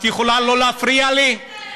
את יכולה לא להפריע לי?